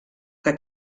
que